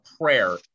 prayer